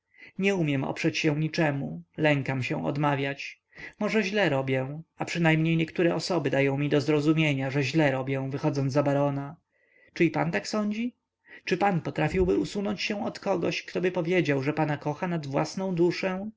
nie umiem oprzeć się niczemu lękam się odmawiać może źle robię a przynajmniej niektóre osoby dają mi do zrozumienia że źle robię wychodząc za barona czy i pan tak sądzi czy pan potrafiłby usunąć się od kogoś ktoby powiedział że pana kocha nad własną duszę